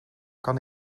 kan